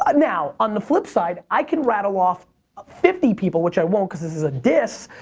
ah now, on the flip side, i can rattle off ah fifty people, which i won't cause this is a dis,